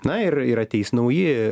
na ir ir ateis nauji